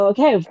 Okay